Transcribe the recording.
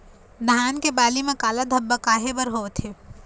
धान के बाली म काला धब्बा काहे बर होवथे?